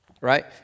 right